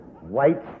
white